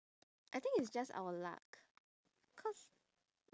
I think it's just our luck cause